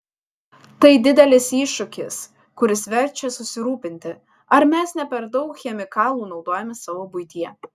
tai didelis iššūkis kuris verčia susirūpinti ar mes ne per daug chemikalų naudojame savo buityje